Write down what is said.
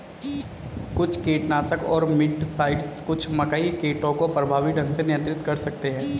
कुछ कीटनाशक और मिटसाइड्स कुछ मकई कीटों को प्रभावी ढंग से नियंत्रित कर सकते हैं